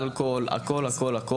אלכוהול והכל.